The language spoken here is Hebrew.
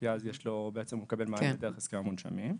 כי אז הוא בעצם מקבל מענה דרך הסכם המונשמים,